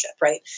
right